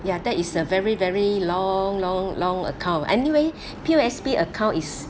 ya that is a very very long long long account anyway P_O_S_B account is